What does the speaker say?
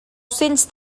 cents